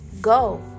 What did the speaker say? Go